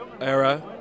era